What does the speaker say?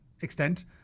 extent